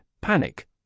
panic